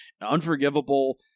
unforgivable